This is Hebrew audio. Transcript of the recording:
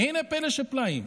והינה, פלא-פלאים,